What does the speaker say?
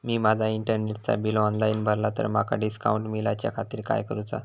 मी माजा इंटरनेटचा bill online भरला तर माका डिस्काउंट मिलाच्या खातीर काय करुचा?